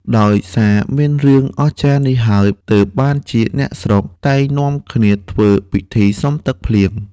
ដោយសារមានរឿងអស្ចារ្យនេះហើយ ទើបបានជាអ្នកស្រុក តែងនាំគ្នាធ្វើពិធីសុំទឹកភ្លៀង ។